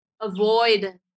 avoid